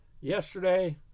Yesterday